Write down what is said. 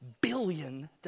billion